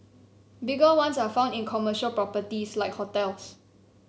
bigger ones are found in commercial properties like hotels